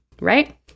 right